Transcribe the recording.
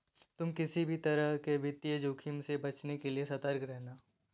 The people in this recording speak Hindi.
तुम किसी भी तरह के वित्तीय जोखिम से बचने के लिए सतर्क रहना